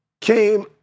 came